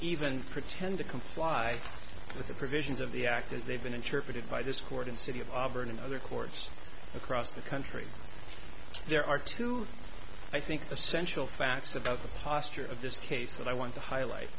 even pretend to comply with the provisions of the act as they've been interpreted by this court and city of auburn and other courts across the country there are two i think essential facts about the posture of this case that i want to highlight